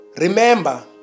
Remember